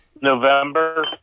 November